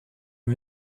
wir